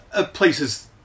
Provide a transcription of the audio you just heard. places